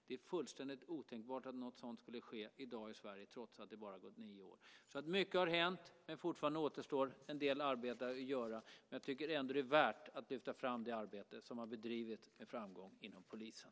Det är fullständigt otänkbart att något sådant skulle ske i Sverige i dag, trots att det bara har gått nio år. Mycket har hänt. Fortfarande återstår en del arbete att göra. Jag tycker ändå att det är värt att lyfta fram det arbete som har bedrivits med framgång inom polisen.